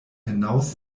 hinaus